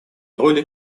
роли